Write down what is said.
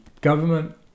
government